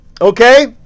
Okay